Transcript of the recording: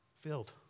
filled